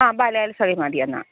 ആ ബാല്യകാല സഖി മതിയെന്നാൽ